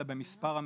אלא במספר המשרות.